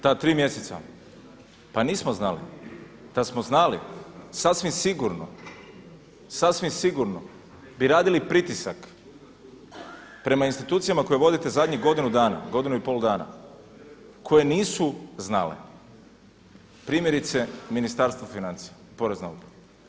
Ta tri mjeseca …… [[Upadica se ne čuje.]] Pa nismo znali, da smo znali sasvim sigurno, sasvim sigurno bi radili pritisak prema institucijama koje vodite zadnjih godinu dana, godinu i pol dana koje nisu znale, primjerice Ministarstvo financija, porezna uprava.